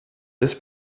this